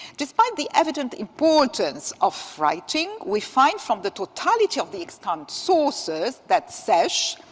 despite the evident importance of writing, we find from the totality of the extant sources that sesh,